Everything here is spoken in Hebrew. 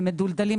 הם מדולדלים.